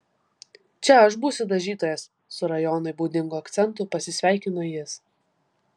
čia aš būsiu dažytojas su rajonui būdingu akcentu pasisveikino jis